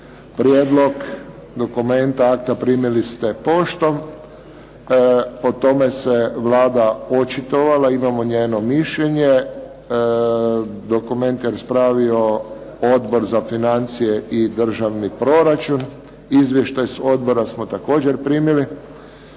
Prijedlog dokumenta akta primili ste poštom. O tome se Vlada očitovala, imamo njeno mišljenje. Dokument je raspravio Odbor za financije i državni proračun. Izvještaj s odbora smo također primili.